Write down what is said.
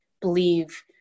believe